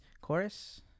chorus